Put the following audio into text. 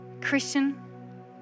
Christian